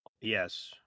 Yes